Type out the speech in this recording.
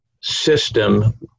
system